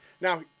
Now